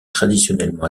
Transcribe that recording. traditionnellement